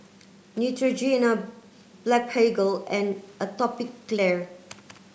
Neutrogena Blephagel and Atopiclair